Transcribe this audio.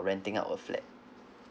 renting out a flat